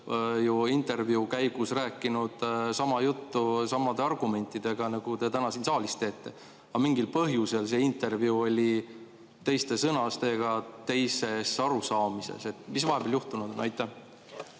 intervjuu käigus rääkinud sama juttu samade argumentidega nagu täna siin saalis. Aga mingil põhjusel see intervjuu oli teiste sõnadega, teises arusaamises. Mis vahepeal juhtunud on? Aitäh,